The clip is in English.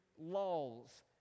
lulls